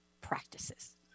practices